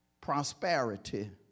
prosperity